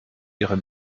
ihrer